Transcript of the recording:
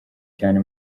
cyane